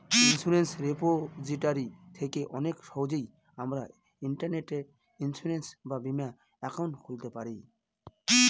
insurance repository থেকে অনেক সহজেই আমরা ইন্টারনেটে ইন্সুরেন্স বা বীমা একাউন্ট খুলতে পারি